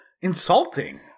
insulting